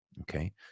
Okay